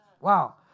Wow